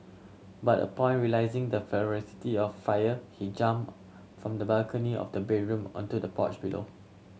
but upon realising the ferocity of fire he jumped from the balcony of the bedroom onto the porch below